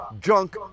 junk